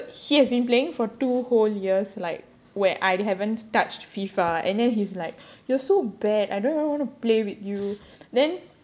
so he has been playing for two whole years like where I haven't touched FIFA and then he's like you're so bad I don't even want to play with you then